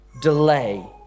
delay